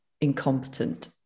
incompetent